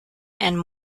and